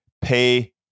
pay